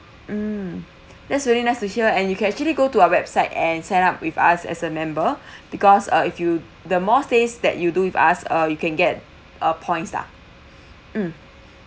hmm that's really nice to hear and you can actually go to our website and set up with us as a member because uh if you the more stays that you do with us uh you can get uh points lah hmm